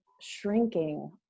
shrinking